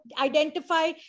identify